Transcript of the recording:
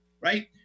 right